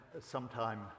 sometime